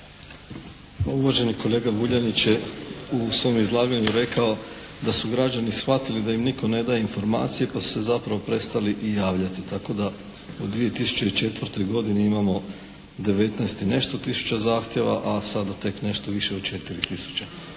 uvaženi kolega Vuljanić je u svom izlaganju rekao da su građani shvatili da im nitko ne daje informacije pa su se zapravo prestali i javljati. Tako da u 2004. godini imamo 19 i nešto tisuća zahtjeva, a sada tek nešto više od 4 tisuće.